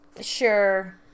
Sure